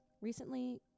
Recently